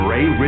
Ray